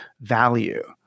value